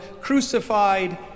crucified